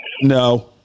No